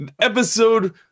episode